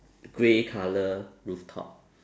grey colour rooftop